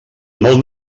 molt